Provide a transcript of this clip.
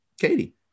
Katie